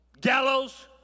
gallows